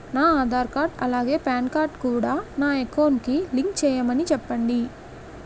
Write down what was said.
నా ఆధార్ కార్డ్ అలాగే PAN card కూడా నా అకౌంట్ కి లింక్ చేయమని చెప్పండి